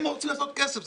הם רוצים לעשות כסף,